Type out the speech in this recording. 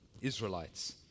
Israelites